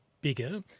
bigger